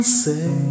say